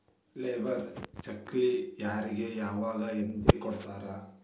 Labour ಚೆಕ್ಕ್ನ್ ಯಾರಿಗೆ ಯಾವಗ ಹೆಂಗ್ ಕೊಡ್ತಾರ?